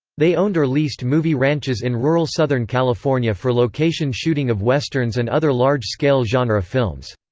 they owned or leased movie ranches in rural southern california for location shooting of westerns and other large-scale genre films.